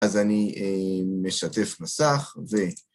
אז אני משתף מסך ו...